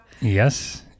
yes